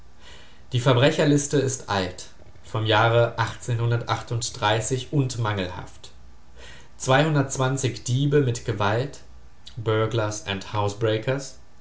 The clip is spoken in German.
die verbrecherliste ist alt vom jahre und mangelhaft die mit gewalt